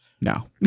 No